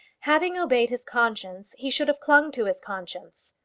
having obeyed his conscience, he should have clung to his conscience.